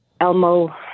Elmo